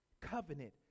covenant